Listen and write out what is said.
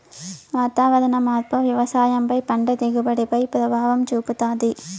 వాతావరణ మార్పు వ్యవసాయం పై పంట దిగుబడి పై ప్రభావం చూపుతాది